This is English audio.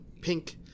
pink